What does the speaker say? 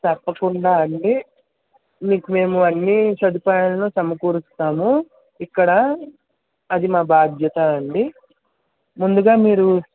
తప్పకుండా అండి మీకు మేము అన్నీ సదుపాయాలను సమకూరుస్తాము ఇక్కడ అది మా భాద్యత అండి ముందుగా మీరు